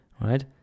right